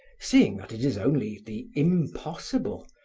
seeing that it is only the impossible,